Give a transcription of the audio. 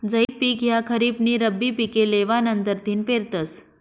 झैद पिक ह्या खरीप नी रब्बी पिके लेवा नंतरथिन पेरतस